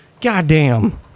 goddamn